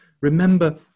remember